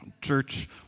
Church